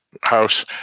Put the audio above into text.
house